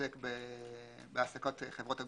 שעוסק בהעסקות חברות הגבייה,